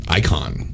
icon